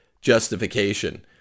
justification